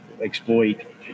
exploit